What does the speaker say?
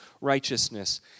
righteousness